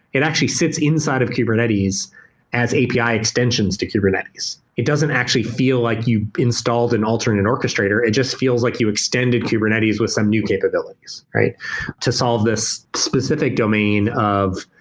it actually sits inside of kubernetes as api extensions to kubernetes. it doesn't actually feel like you installed an alternate orchestrator, it just feels like you extended kubernetes with some new capabilities to solve this specific domain of